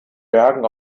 bergen